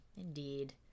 indeed